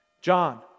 John